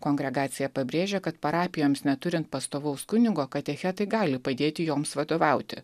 kongregacija pabrėžia kad parapijoms neturint pastovaus kunigo katechetai gali padėti joms vadovauti